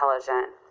intelligent